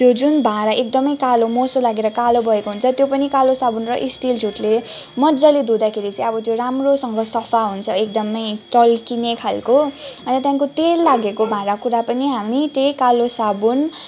त्यो जुन भाँडा एक्दमै कालो मोसो लागेर कालो भएको हुन्छ त्यो पनि कालो साबुन र स्टिल झुटले मजाले धुँदाखेरि चाहिँ अब त्यो राम्रोसँग सफा हुन्छ एक्दमै टल्किने खालको अन्त त्यहाँदेखिको तेल लागेको भाँडा कुडा पनि हामी त्यही कालो साबुन